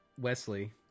Wesley